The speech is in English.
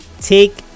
Take